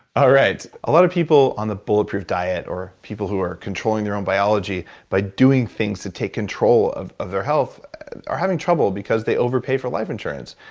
all right. a lot of people on the bulletproof diet, or people who are controlling their own biology by doing things to take control of of their health are having trouble because they overpay for life insurance.